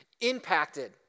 impacted